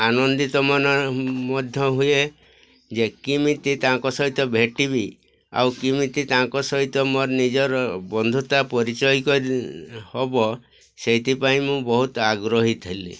ଆନନ୍ଦିତ ମନ ମଧ୍ୟ ହୁଏ ଯେ କିମିତି ତାଙ୍କ ସହିତ ଭେଟିବି ଆଉ କେମିତି ତାଙ୍କ ସହିତ ମୋର ନିଜର ବନ୍ଧୁତା ପରିଚୟ କରି ହେବ ସେଇଥିପାଇଁ ମୁଁ ବହୁତ ଆଗ୍ରହୀ ଥିଲି